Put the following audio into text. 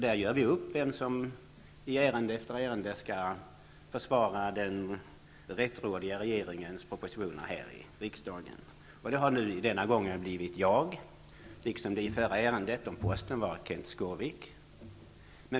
Där gör vi upp vem som i ärende efter ärende skall försvara den rättrådiga regeringens propositioner här i riksdagen. Det har denna gång blivit jag, liksom det i förra ärendet om posten var Kenth Skårvik.